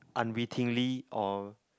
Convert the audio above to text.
unwittingly or